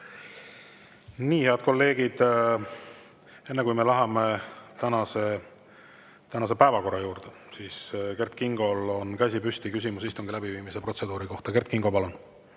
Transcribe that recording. Head kolleegid, enne kui me läheme tänase päevakorra juurde, näen, et Kert Kingol on käsi püsti. Küsimus istungi läbiviimise protseduuri kohta, Kert Kingo, palun!